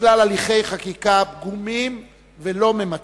בגלל הליכי חקיקה פגומים ולא ממצים,